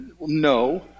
No